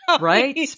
Right